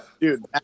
dude